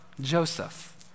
Joseph